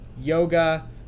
yoga